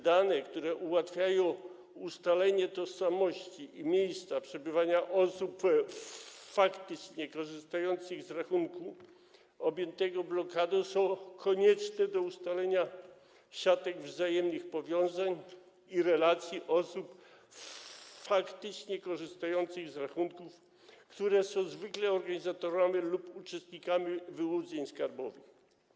Dane, które ułatwiają ustalenie tożsamości i miejsca przebywania osób faktycznie korzystających z rachunku objętego blokadą, są konieczne do ustalenia siatek wzajemnych powiązań i relacji osób faktycznie korzystających z rachunków, które są zwykle organizatorami lub uczestnikami wyłudzeń skarbowych.